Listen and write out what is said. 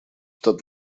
тот